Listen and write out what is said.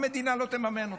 המדינה לא תממן אותו.